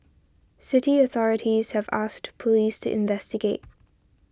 city authorities have asked police to investigate